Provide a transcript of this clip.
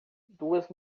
duas